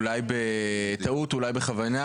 אולי בטעות ואולי בכוונה,